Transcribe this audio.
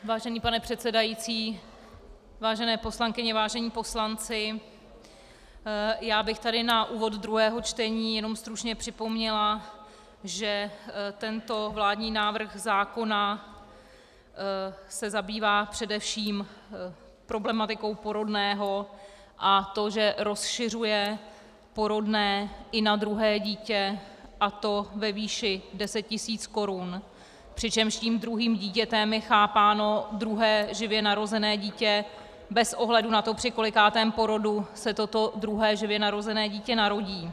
Vážený pane předsedající, vážené poslankyně, vážení poslanci, na úvod druhého čtení bych tady jenom stručně připomněla, že tento vládní návrh zákona se zabývá především problematikou porodného, a to že rozšiřuje porodné i na druhé dítě, a to ve výši 10 000 korun, přičemž tím druhým dítětem je chápáno druhé živě narozené dítě bez ohledu na to, při kolikátém porodu se toto druhé živě narozené dítě narodí.